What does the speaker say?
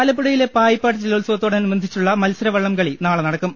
ആലപ്പുഴയിലെ പായിപ്പാട് ജലോത്സവത്തോടനുബന്ധിച്ചുള്ള മത്സര വള്ളംകളി നാളെ നടക്കും